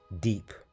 deep